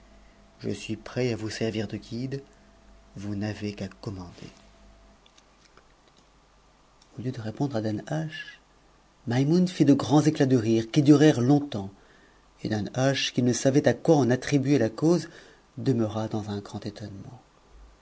je suis prêt à vous servir de guide vous n'avez qu'à com ande'r au lieu de répondre à danhasch maimouue fit de grands cchus d rire qui durèrent longtemps et danhasch qui uc savait a quoi en a tribuer la cause demeura dans un grand étonnement